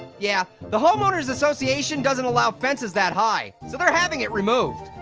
yeah, the homeowners association doesn't allow fences that high, so they're having it removed.